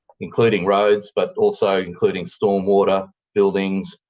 including roads, but also including stormwater, buildings,